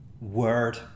word